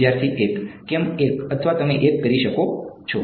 વિદ્યાર્થી 1 કેમ 1 અથવા તમે 1 કરી શકો છો